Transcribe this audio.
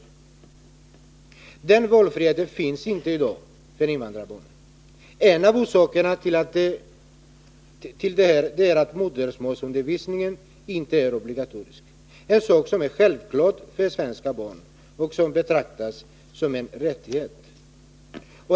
Men den valfriheten finns inte i dag för invandrarbarnen. En av orsakerna är att modersmålsundervisningen för invandrarbarnen inte är obligatorisk. För de svenska barnen är ju modersmålsundervisningen en självklarhet, och den betraktas som en rättighet.